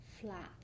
flat